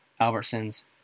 Albertsons